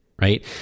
right